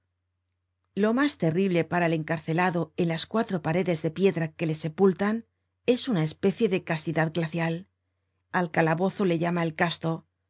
lo mas terrible para el encarcelado en las cuatro paredes de piedra que le sepultan es una especie de castidad glacial al calabozo le llama el casto